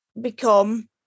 become